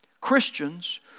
Christians